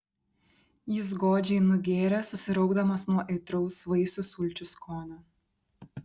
jis godžiai nugėrė susiraukdamas nuo aitraus vaisių sulčių skonio